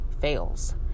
fails